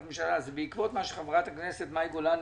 ממשלה זה בעקבות מה שחברת הכנסת מאי גולן